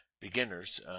beginners